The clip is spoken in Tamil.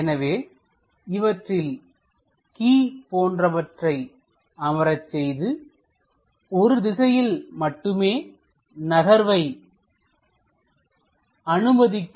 எனவே இவற்றில் கி போன்றவற்றை அமரச்செய்து ஒரு திசையில் மட்டுமே நகர்வை அனுமதிக்கும்